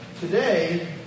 Today